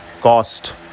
cost